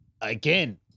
again